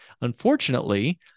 Unfortunately